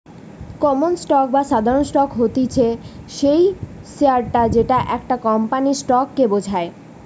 common stock বা সাধারণ stock হতিছে সেই শেয়ারটা যেটা একটা কোম্পানির স্টক কে বোঝায়